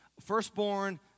Firstborn